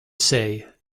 say